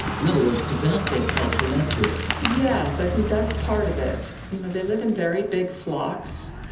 in other words, develop their culture and add to it? yes, i think that's part of it. you know they live in very big flocks,